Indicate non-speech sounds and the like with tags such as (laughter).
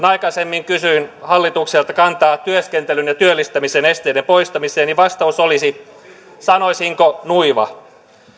(unintelligible) aikaisemmin kysyin hallitukselta kantaa työskentelyn ja työllistämisen esteiden poistamiseen niin vastaus oli sanoisinko nuiva